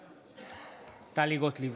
בעד טלי גוטליב,